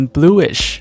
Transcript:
Bluish